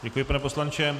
Děkuji, pane poslanče.